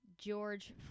George